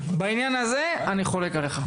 בעניין הזה אני חולק עליך.